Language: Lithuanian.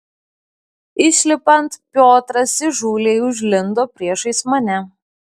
išlipant piotras įžūliai užlindo priešais mane